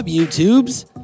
YouTube's